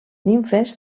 nimfes